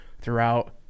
throughout